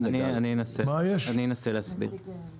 אני אנסה להסביר,